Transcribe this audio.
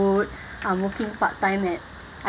um working part time at